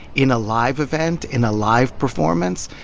in a live event, in a live performance,